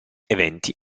eventi